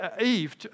Eve